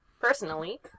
personally